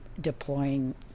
deploying